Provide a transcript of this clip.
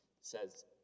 says